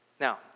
Now